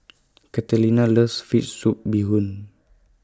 Catalina loves Fish Soup Bee Hoon